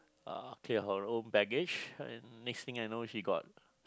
uh clear her own baggage and next thing I know she got